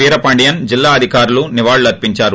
వీరపాండియన్ జిల్లా అధికారులు నివాళులర్పిందారు